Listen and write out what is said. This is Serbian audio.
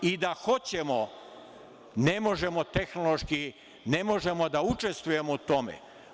I da hoćemo, ne možemo tehnološki da učestvujemo u tome.